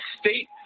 state